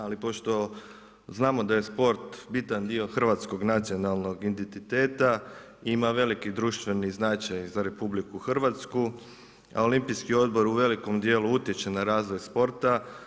Ali, pošto znamo da je sport bitan dio hrvatskog nacionalnog identiteta, ima veliki društveni značaj za RH, Olimpijski odbor, u velikom dijelu utječu na razvoj sporta.